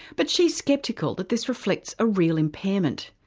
but she's sceptical that this reflects a real impairment.